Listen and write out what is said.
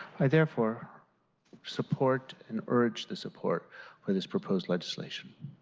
i therefore support and urge the support for this proposed legislation.